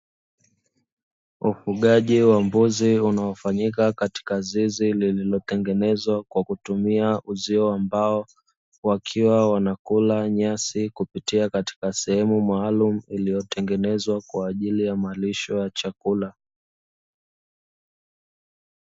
Ufugaji wa mbuzi unaofanyika katika zizi lililotengenezwa kwa kutumia uzio wa mbao, wakiwa wanakula nyasi kupitia katika sehemu maalumu, iliyotengenezwa kwa ajili ya malisho ya chakula.